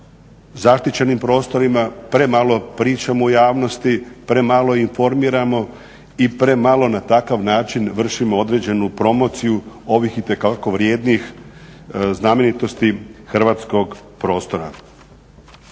zaštićenim prostorima premalo pričamo u javnosti, premalo informiramo i premalo na takav način vršimo određenu promociju ovih itekako vrijednih znamenitosti hrvatskog prostora.